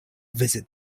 visit